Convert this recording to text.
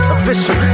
Official